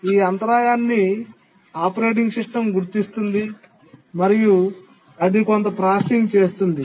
ఈ అంతరాయాన్ని operating system గుర్తిస్తుంది మరియు అది కొంత ప్రాసెసింగ్ చేస్తుంది